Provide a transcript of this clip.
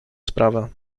sprawę